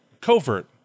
Covert